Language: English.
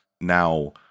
now